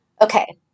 Okay